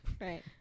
right